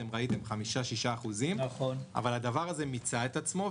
אתם ראיתים, 5%- 6%. אבל הדבר הזה מיצה את עצמו.